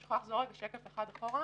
זה שכלל הוצאה של הרבה מאוד אנשים לחל"ת